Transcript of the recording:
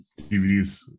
dvds